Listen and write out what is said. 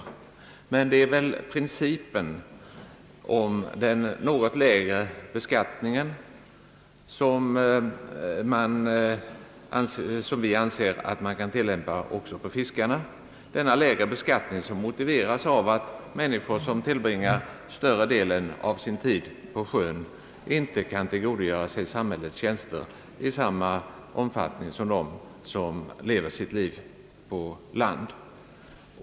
Men vi anser att man kan tilllämpa principen om en något lägre beskattning också på fiskarna, eftersom denna lägre beskattning motiveras av att människor, som tillbringar större delen av sin tid på sjön, inte kan tillgodogöra sig samhällets tjänster i samma omfattning som de vilka lever sitt liv i land.